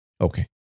Okay